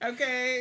Okay